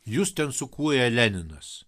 jus ten sukūrė leninas